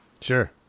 Sure